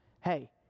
Hey